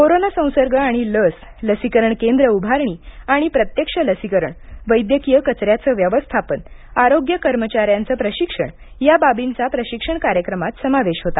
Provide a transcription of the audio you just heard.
corona संसर्ग आणि लस लसीकरण केंद्र उभारणी आणि प्रत्यक्ष लसीकरण वैद्यकीय कचऱ्याचं व्यवस्थापन आरोग्य कर्मचाऱ्यांचं प्रशिक्षण या बाबींचा प्रशिक्षण कार्यक्रमात समावेश होता